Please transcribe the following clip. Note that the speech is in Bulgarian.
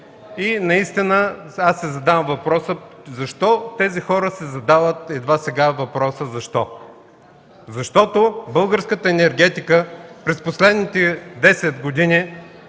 И наистина сега си задавам въпроса – защо тези хора си задават едва сега въпроса „Защо?”. Защото българската енергетика през последните 10 години